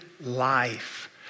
life